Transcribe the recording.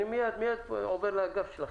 אני מיד עובר לאגף שלכם.